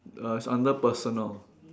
uh it's under personal